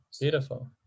beautiful